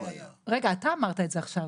רגע, אתה אמרת את זה עכשיו.